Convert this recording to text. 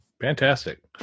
Fantastic